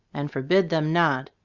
and forbid them not,